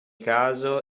caso